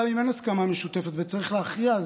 גם אם אין הסכמה משותפת וצריך להכריע,